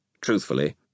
Truthfully